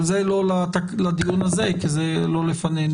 אבל זה לא לדיון הזה, כי זה לא לפנינו.